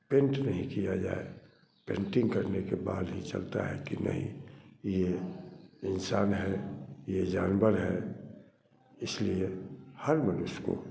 paint नहीं किया जाए पेंटिंग करने के बाद ही चलता है कि नहीं यह इंसान है यह जानवर है इसलिए हर मनुष्य को